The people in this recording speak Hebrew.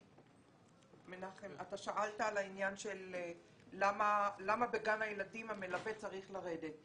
מנחם שאל למה בגן הילדים המלווה צריך לרדת.